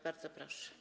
Bardzo proszę.